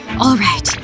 alright,